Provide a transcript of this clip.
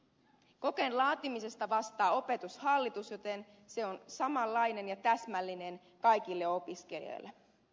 kokeen laatimisesta vastaa opetushallitus joten se on samanlainen ja täsmällinen kaikille opiskelijoille